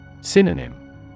Synonym